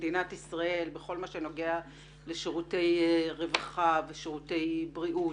כמדינת ישראל בכל מה שנוגע לשירותי רווחה ושירותי בריאות.